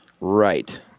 Right